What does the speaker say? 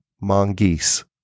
mongoose